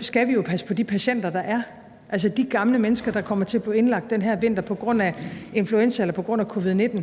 skal vi jo passe på de patienter, der er. Altså, de gamle mennesker, der kommer til at blive indlagt den her vinter på grund af influenza eller på grund af covid-19,